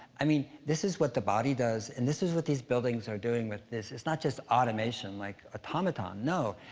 i mean, this is what the body does and this is what these buildings are doing with this. it's not just automation, like automaton. no!